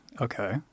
Okay